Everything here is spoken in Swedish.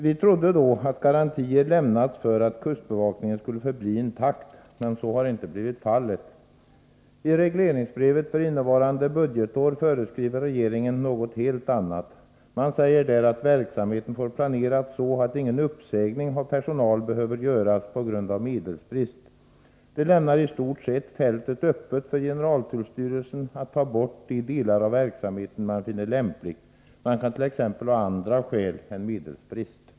Vi trodde då att garantier lämnats för att kustbevakningen skulle förbli intakt, men så har inte blivit fallet. I regleringsbrevet för innevarande budgetår föreskriver regeringen något helt annat. Det sägs där att verksamheten får planeras så, att ingen uppsägning av personal behöver göras på grund av medelsbrist. Det lämnar i stort sett fältet öppet för generaltullstyrelsen att ta bort de delar av verksamheten man finner lämpligt. Generaltullstyrelsen kan t.ex. anföra andra skäl än medelsbrist.